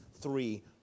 three